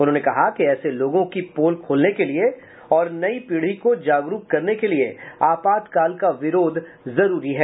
उन्होंने कहा कि ऐसे लोगों की पोल खोलने के लिए और नई पीढ़ी को जागरूक करने के लिए आपातकाल का विरोध जरूरी है